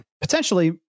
potentially